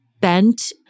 bent